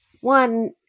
one